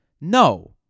No